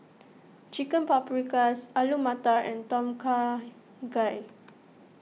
Chicken Paprikas Alu Matar and Tom Kha Gai